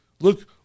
Look